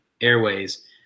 Airways